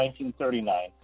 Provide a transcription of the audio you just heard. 1939